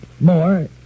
More